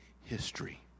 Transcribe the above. history